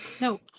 No